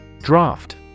Draft